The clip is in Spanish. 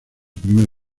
primera